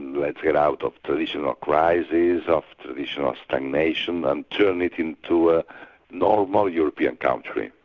let's get out of traditional crises, of traditional stagnation and turn it into a normal european country.